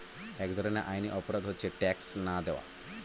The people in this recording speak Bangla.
এক ধরনের আইনি অপরাধ হচ্ছে ট্যাক্স না দেওয়া